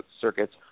circuits